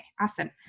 awesome